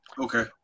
Okay